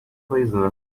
prisoner